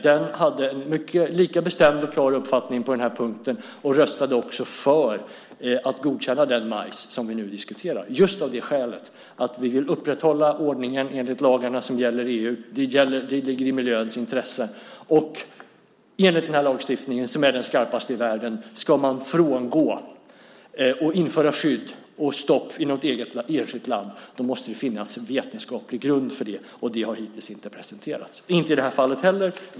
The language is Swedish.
Den hade en lika klar och bestämd uppfattning på den här punkten och röstade också för att godkänna den majs som vi nu diskuterar, just av det skälet att vi vill upprätthålla ordningen enligt de lagar som gäller i EU. Det ligger i miljöns intresse. Ska man frångå den här lagstiftningen, som är den skarpaste i världen, och införa skydd inom ett enskilt land måste det finnas vetenskaplig grund för det. Det har hittills inte presenterats, i det här fallet heller.